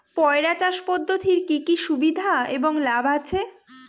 পয়রা চাষ পদ্ধতির কি কি সুবিধা এবং লাভ আছে?